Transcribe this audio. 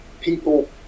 people